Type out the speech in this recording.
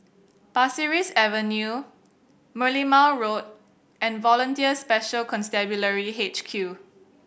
Pasir Ris Avenue Merlimau Road and Volunteer Special Constabulary H Q